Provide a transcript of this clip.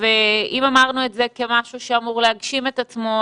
ואם אמרנו את זה כמשהו שאמור להגשים את עצמו,